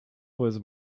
was